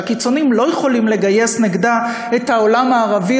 שהקיצונים לא יכולים לגייס נגדה את העולם הערבי